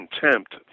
contempt